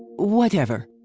whatever.